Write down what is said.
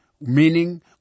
meaning